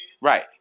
Right